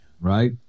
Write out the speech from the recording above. Right